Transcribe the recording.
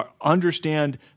Understand